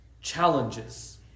challenges